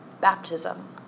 baptism